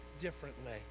differently